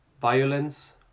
violence